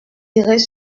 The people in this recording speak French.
irait